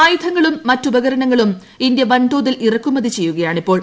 ആയുധങ്ങളും മറ്റ് ഉപകരണങ്ങളും ഇന്ത്യ വൻതോതിൽ ഇറക്കുമതി ചെയ്യുകയാണിപ്പോൾ